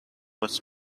was